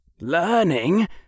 Learning